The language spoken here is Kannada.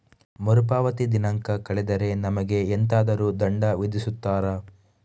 ಮರುಪಾವತಿ ದಿನಾಂಕ ಕಳೆದರೆ ನಮಗೆ ಎಂತಾದರು ದಂಡ ವಿಧಿಸುತ್ತಾರ?